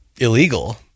illegal